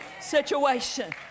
situation